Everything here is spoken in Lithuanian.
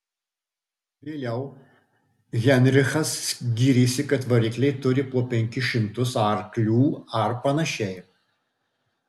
vėliau heinrichas gyrėsi kad varikliai turi po penkis šimtus arklių ar panašiai